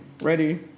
Ready